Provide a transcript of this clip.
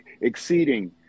exceeding